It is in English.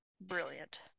brilliant